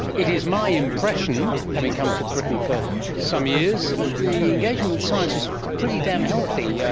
it is my impression, having come to britain for some years, the engagement with science is pretty damn healthy, yeah